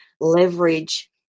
leverage